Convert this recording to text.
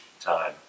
time